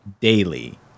daily